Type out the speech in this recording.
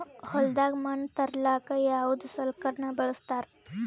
ಹೊಲದಾಗ ಮಣ್ ತರಲಾಕ ಯಾವದ ಸಲಕರಣ ಬಳಸತಾರ?